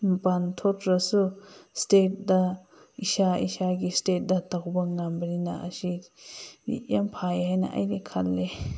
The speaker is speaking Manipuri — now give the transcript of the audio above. ꯃꯄꯥꯟ ꯊꯣꯛꯇ꯭ꯔꯁꯨ ꯏꯁꯇꯦꯠꯇ ꯏꯁꯥ ꯏꯁꯥꯒꯤ ꯏꯁꯇꯦꯠꯇ ꯇꯧꯕ ꯉꯝꯕꯅꯤꯅ ꯑꯁꯤ ꯌꯥꯝ ꯐꯩꯌꯦ ꯍꯥꯏꯅ ꯑꯩꯗꯤ ꯈꯜꯂꯦ